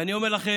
ואני אומר לכם,